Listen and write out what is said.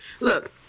Look